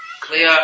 clear